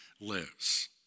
lives